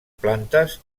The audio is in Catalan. plantes